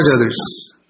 others